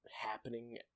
happening